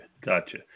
Gotcha